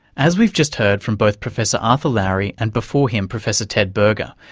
as we've just heard from both professor arthur lowery, and before him professor ted berger,